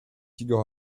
tigor